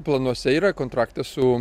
planuose yra kontrakte su